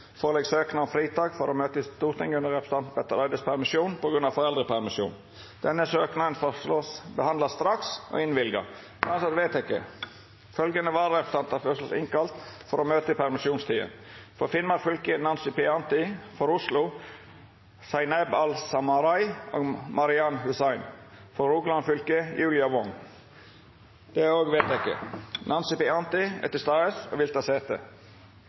føre søknad om fritak for å møta i Stortinget under representanten Petter Eides permisjon på grunn av foreldrepermisjon. Etter forslag frå presidenten vart samrøystes vedteke: Søknaden vert behandla straks og innvilga. Følgjande vararepresentantar vert innkalla for å møta i permisjonstida: For Finnmark fylke: Nancy P. Anti For Oslo: Zaineb Al-Samarai og Marian Hussein For Rogaland fylke: Julia Wong Nancy P. Anti er til stades og vil ta sete.